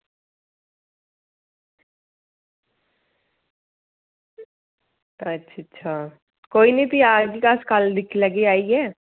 अच्छा अच्छा कोई निं भी अस कल दिक्खी लैगे आइयै